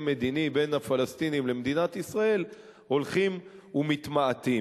מדיני בין הפלסטינים למדינת ישראל הולכים ומתמעטים,